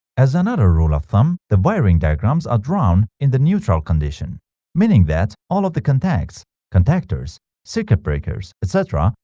as another rule of thumb the wiring diagrams are drawn in the neutral condition meaning that all of the contacts contactors circuit breakers, etc.